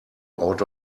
out